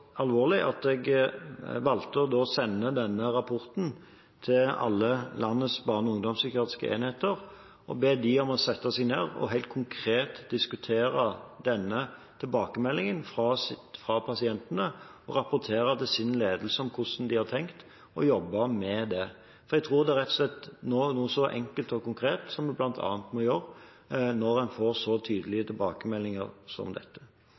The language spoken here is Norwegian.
alvorlig at jeg valgte å sende denne rapporten til alle landets barne- og ungdomspsykiatriske enheter og ba dem om å sette seg ned og helt konkret diskutere denne tilbakemeldingen fra pasientene og rapportere til sin ledelse om hvordan de har tenkt å jobbe med det. Jeg tror det rett og slett er noe enkelt og konkret som nå må gjøres, når en får så tydelige tilbakemeldinger som dette.